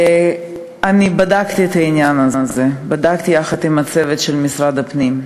אני בדקתי את העניין הזה יחד עם הצוות של משרד הפנים.